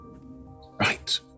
Right